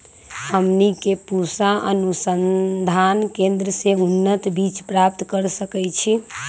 हमनी के पूसा अनुसंधान केंद्र से उन्नत बीज प्राप्त कर सकैछे?